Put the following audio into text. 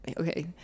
okay